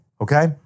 okay